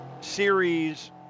series